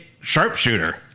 sharpshooter